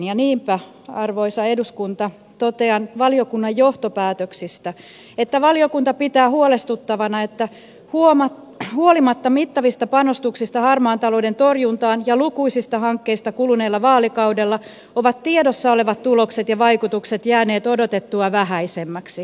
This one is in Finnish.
ja niinpä arvoisa eduskunta totean valiokunnan johtopäätöksistä että valiokunta pitää huolestuttavana että huolimatta mittavista panostuksista harmaan talouden torjuntaan ja lukuisista hankkeista kuluneella vaalikaudella ovat tiedossa olevat tulokset ja vaikutukset jääneet odotettua vähäisemmiksi